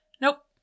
Nope